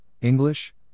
English